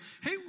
hey